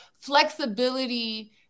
flexibility